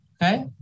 Okay